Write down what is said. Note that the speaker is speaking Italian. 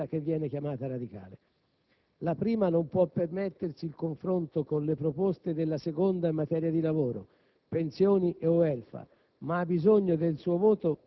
presentati da un'altra parte della maggioranza, quella che viene chiamata radicale. La prima non può permettersi il confronto con le proposte della seconda in materia di lavoro,